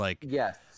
Yes